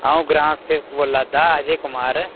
आ'ऊं ग्रामसेवक बोला'रदा अजय कुमार